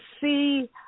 see